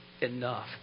enough